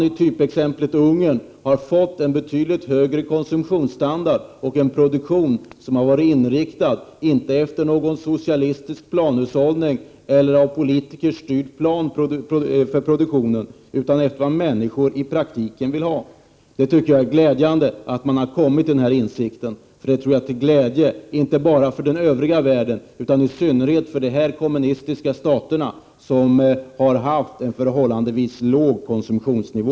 I typexemplet Ungern har man fått en betydligt högre konsumtionsstandard och en produktion som har varit inriktad inte på någon socialistisk planhushållning eller i enlighet med någon av politiker styrd plan utan efter vad människor i praktiken vill ha. Det är glädjande att man nu har kommit till denna insikt. Det är nämligen till glädje inte bara för den övriga världen utan i synnerhet för de kommunistiska stater i vilka befolkningen haft en förhållandevis låg konsumtionsnivå.